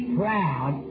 proud